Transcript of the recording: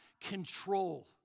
control